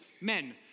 Men